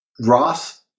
ross